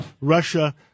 russia